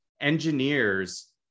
engineers